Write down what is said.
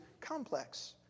complex